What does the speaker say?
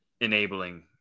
enabling